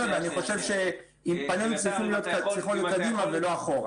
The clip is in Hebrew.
ואני חושב עם פנינו צריכים להיות קדימה ולא אחורה.